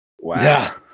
Wow